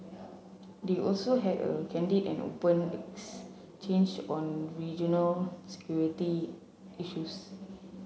they also had a candid and open exchange on regional security issues